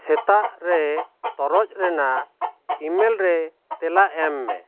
ᱥᱮᱛᱟᱜ ᱨᱮ ᱛᱚᱨᱚᱡ ᱨᱮᱱᱟᱜ ᱤᱢᱮᱞ ᱨᱮ ᱛᱮᱞᱟ ᱮᱢ ᱢᱮ